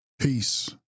Peace